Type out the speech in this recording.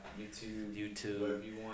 YouTube